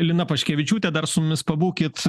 lina paškevičiūtė dar su mumis pabūkit